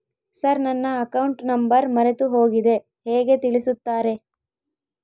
Sir ನನ್ನ account number ಮರೆತುಹೋಗಿದೆ ಹೇಗೆ ತಿಳಿಸುತ್ತಾರೆ?